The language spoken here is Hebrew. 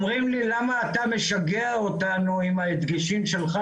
אומרים לי למה אתה משגע אותנו עם ההדגשים שלך